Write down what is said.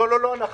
לא אנחנו.